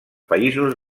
països